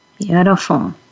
Beautiful